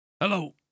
Hello